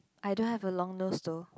I don't have a long nose though